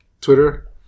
Twitter